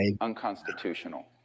unconstitutional